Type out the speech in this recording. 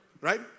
Right